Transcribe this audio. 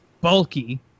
bulky